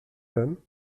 femme